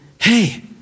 Hey